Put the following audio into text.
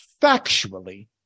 factually